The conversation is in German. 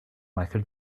michael